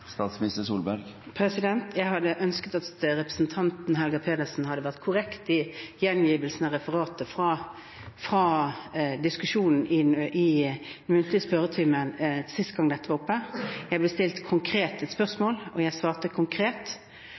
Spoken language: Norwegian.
Jeg hadde ønsket at representanten Helga Pedersen hadde vært korrekt i gjengivelsen av referatet fra diskusjonen i muntlig spørretime sist dette var oppe. Jeg ble stilt konkrete spørsmål, og jeg svarte konkret